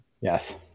Yes